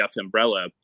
umbrella